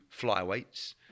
flyweights